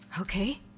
Okay